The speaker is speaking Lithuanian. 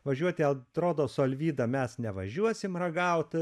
važiuoti atrodo su alvyda mes nevažiuosim ragaut